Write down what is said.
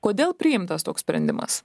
kodėl priimtas toks sprendimas